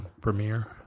premiere